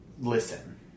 Listen